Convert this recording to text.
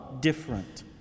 different